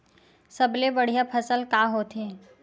सबले बढ़िया फसल का होथे?